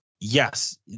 Yes